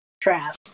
Trap